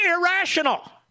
irrational